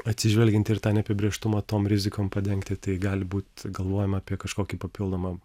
atsižvelgiant ir tą neapibrėžtumą tom rizikom padengti tai gali būti galvojama apie kažkokį papildomą